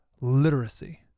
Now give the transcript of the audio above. literacy